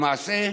למעשה,